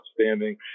outstanding